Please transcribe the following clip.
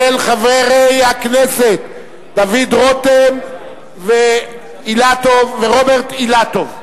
של חברי הכנסת דוד רותם ורוברט אילטוב.